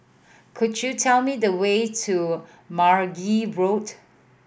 could you tell me the way to Mergui Road